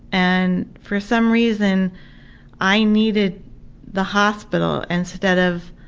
and for some reason i needed the hospital instead of